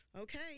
okay